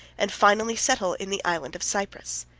and finally settle in the island of cyprus.